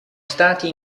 stati